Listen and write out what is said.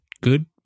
good